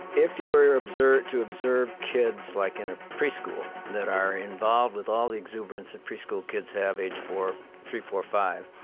if you are to observe kids, like in a preschool, that are involved with all the exuberance that preschool kids have age four three, four, five,